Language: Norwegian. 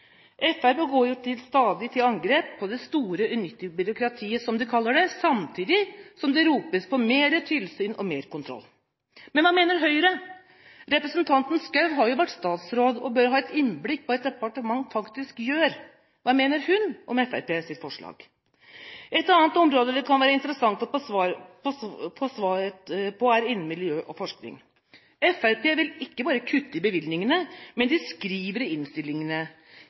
Fremskrittspartiet går jo stadig til angrep på det store, unyttige byråkratiet, som de kaller det, samtidig som det ropes på mer tilsyn og kontroll. Men hva mener Høyre? Representanten Schou har vært statsråd og bør ha innsikt i hva et departement faktisk gjør. Hva mener hun om Fremskrittspartiets forslag? Et annet område der det kan være interessant å få svar, er innen miljø og forskning. Fremskrittspartiet vil ikke bare kutte i bevilgningene, men